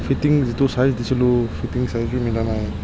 fitting যিটো size দিছিলোঁ fitting চাইজো মিলা নাই